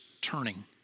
turning